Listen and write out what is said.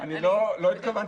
זה מאוד תלוי